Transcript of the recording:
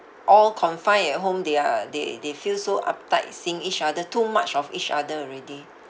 all confined at home they are they they feel so uptight seeing each other too much of each other already